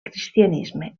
cristianisme